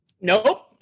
Nope